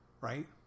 Right